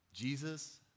Jesus